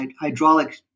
hydraulic